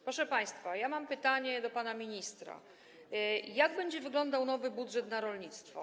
Proszę państwa, mam pytanie do pana ministra: Jak będzie wyglądał nowy budżet na rolnictwo?